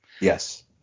Yes